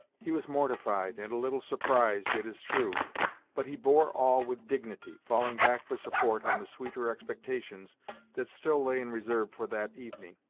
he was mortified, and a little surprised, it is true but he bore all with dignity, falling back for support on the sweeter expectations that still lay in reserve for that evening.